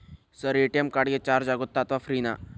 Sir ATM card ಗೆ charge ಆಗುತ್ತಾ ಅಥವಾ ಫ್ರೇ ನಾ?